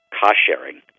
cost-sharing